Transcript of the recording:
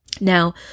Now